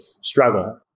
struggle